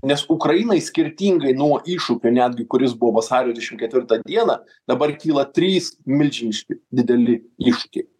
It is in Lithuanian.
nes ukrainai skirtingai nuo iššūkio netgi kuris buvo vasario dvidešimt ketvirtą dieną dabar kyla trys milžiniški dideli iššūkiai